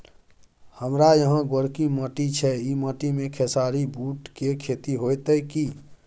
हमारा यहाँ गोरकी माटी छै ई माटी में खेसारी, बूट के खेती हौते की?